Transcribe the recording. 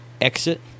exit